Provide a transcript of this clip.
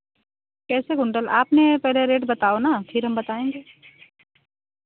कैसे कुंटल आपने पहले रेट बताओ ना फिर हम बताएँगे